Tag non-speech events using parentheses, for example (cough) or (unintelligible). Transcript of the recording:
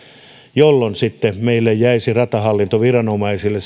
jolloin sitten meidän ratahallintoviranomaisille (unintelligible)